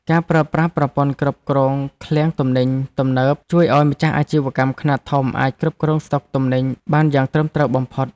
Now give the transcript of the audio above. ការប្រើប្រាស់ប្រព័ន្ធគ្រប់គ្រងឃ្លាំងទំនិញទំនើបជួយឱ្យម្ចាស់អាជីវកម្មខ្នាតធំអាចគ្រប់គ្រងស្តុកទំនិញបានយ៉ាងត្រឹមត្រូវបំផុត។